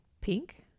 pink